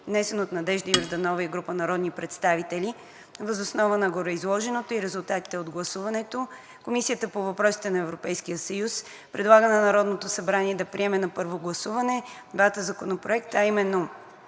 внесен от Надежда Йорданова и група народни представители. Въз основа на гореизложеното и резултатите от гласуването Комисията по въпросите на Европейския съюз предлага на Народното събрание да приеме на първо гласуване Законопроект за изменение